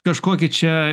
kažkokį čia